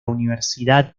universidad